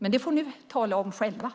Men det få ni tala om själva.